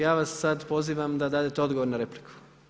Ja vas sada pozivam da date odgovor na repliku.